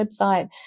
website